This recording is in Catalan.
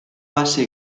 base